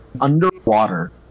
underwater